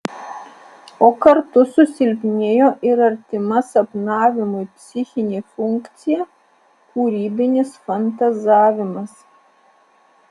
o kartu susilpnėjo ir artima sapnavimui psichinė funkcija kūrybinis fantazavimas